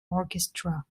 orchestra